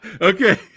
Okay